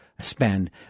Spend